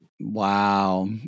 Wow